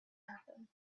happen